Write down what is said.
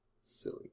Silly